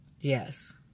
Yes